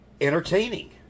entertaining